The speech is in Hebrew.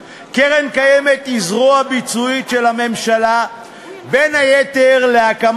אנחנו רוצים שמדינת ישראל תחבור אל הקהילה הבין-לאומית החופשית,